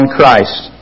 Christ